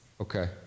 Okay